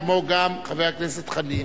כמו גם חבר הכנסת חנין.